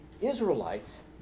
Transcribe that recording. Israelites